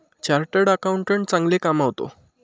chartered accountant चांगले कमावतो